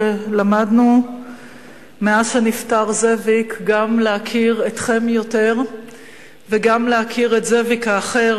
שלמדנו מאז שנפטר זאביק גם להכיר אתכם יותר וגם להכיר את זאביק האחר,